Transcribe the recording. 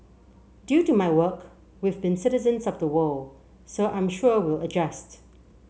due to my work we've been citizens of the world so I'm sure we'll adjust